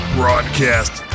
broadcast